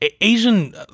Asian